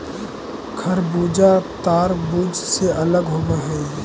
खरबूजा तारबुज से अलग होवअ हई